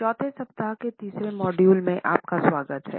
चौथे सप्ताह के तीसरे मॉड्यूल में आपका स्वागत है